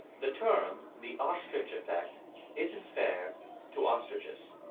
the term the ostrich effect isn't fair to ostriches.